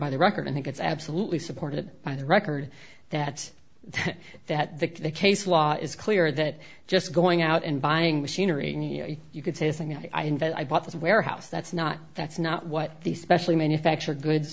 by the record i think it's absolutely supported by the record that that the case law is clear that just going out and buying machinery you could say thing i invent i bought this warehouse that's not that's not what these specially manufactured good